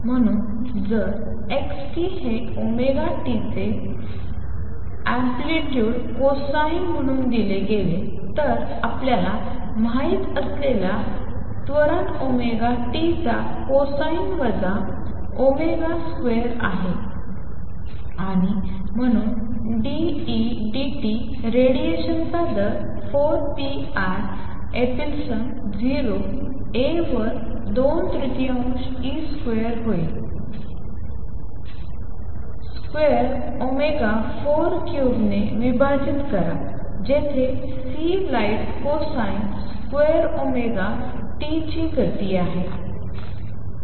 म्हणून जर xt हे ओमेगा टीचे मोठेपणा कोसाइन म्हणून दिले गेले तर आपल्याला माहित असलेला त्वरण ओमेगा टीचा कोसाइन वजा ओमेगा स्क्वेअर आहे आणि म्हणून डी ई डीटी रेडिएशनचा दर 4 पीआय एपिसलन 0 ए वर 2 तृतीयांश ई स्क्वेअर होईल स्क्वेअर ओमेगा 4 क्यूबडने विभाजित करा जेथे C light cosine square omega T ची गती आहे